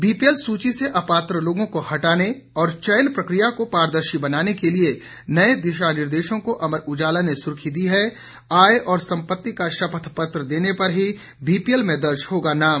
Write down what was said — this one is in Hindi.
बीपीएल सूची से अपात्र लोगों को हटाने और चयन प्रकिया को पारदर्शी बनाने के लिए नए दिशा निर्देशों को अमर उजाला ने सुर्खी दी है आय और संपति का शपथपत्र देने पर ही बीपीएल में दर्ज होगा नाम